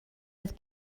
oedd